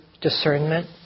discernment